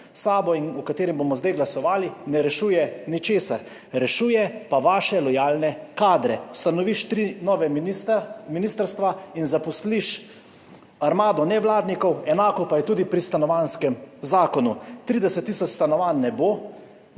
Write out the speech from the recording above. sabo in o katerem bomo zdaj glasovali, ne rešuje ničesar. Rešuje pa vaše lojalne kadre. Ustanoviš tri nova ministrstva in zaposliš armado nevladnikov. Enako pa je tudi pri stanovanjskem zakonu. 30 tisoč stanovanj ne bo,